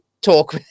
talk